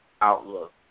outlook